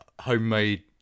homemade